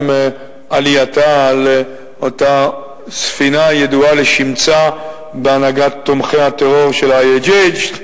עם עלייתה על אותה ספינה ידועה לשמצה בהנהגת תומכי הטרור של ה-IHH.